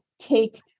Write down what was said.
take